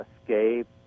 escape